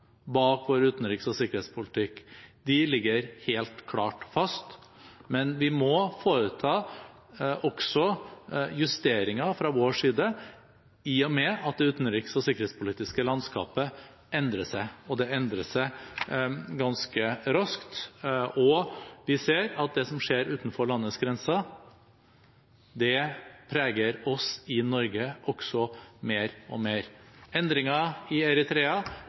bak vår utenriks- og sikkerhetspolitikk ligger helt klart fast, men vi må også foreta justeringer fra vår side, i og med at det utenriks- og sikkerhetspolitiske landskapet endrer seg. Og det endrer seg ganske raskt. Vi ser at det som skjer utenfor landets grenser, preger oss i Norge mer og mer. Endringer i Eritrea